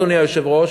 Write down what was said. אדוני היושב-ראש,